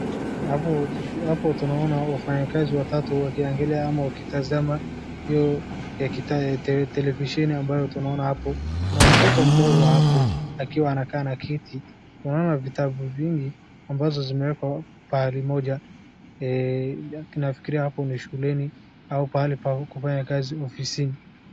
Hapo, tukiwa hapo, tunaona wafanyikazi watatu wakiangalia ama wakitazama iyo televiseni. Ambayo tunaona hapo, kuna mtoto mdogo hapo akiwa anakaa na kiti. Tunaona vitabu vingi ambazo zimewekwa pahali moja. Tunafikiria hapo ni shuleni ama pahali pao kufanya kazi, ofisini.